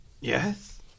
Yes